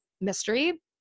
mystery